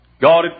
God